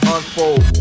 Unfold